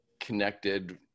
connected